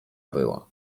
była